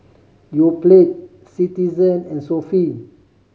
Yoplait Citizen and Sofy